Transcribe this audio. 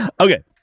Okay